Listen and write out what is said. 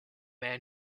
man